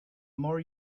more